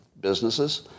businesses